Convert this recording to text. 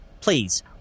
Please